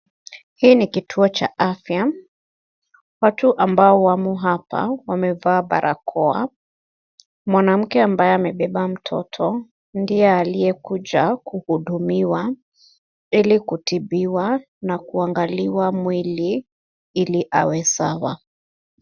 Hii ni kituo cha afya. Watu ambao wamo hapa wamevaa barakoa. Mwanamke ambaye amebeba mtoto ndiye aliyekuja kuhudumiwa ili kutibiwa na kuangaliwa mwili ili awe sawa.